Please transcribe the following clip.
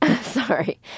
Sorry